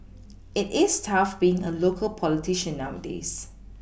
it is tough being a local politician nowadays